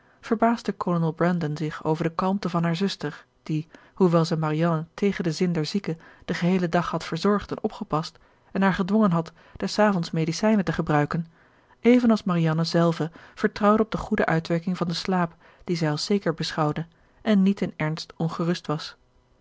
zich over de kalmte van haar zuster die hoewel zij marianne tegen den zin der zieke den geheelen dag had verzorgd en opgepast en haar gedwongen had des avonds medicijnen te gebruiken evenals marianne zelve vertrouwde op de goede uitwerking van den slaap dien zij als zeker beschouwde en niet in ernst ongerust was